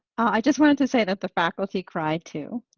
i just wanted to say that the faculty cry too,